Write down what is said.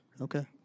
Okay